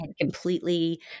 completely